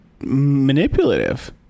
manipulative